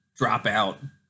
dropout